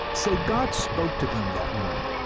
say god spoke to them that morning.